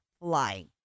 flying